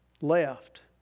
left